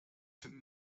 sind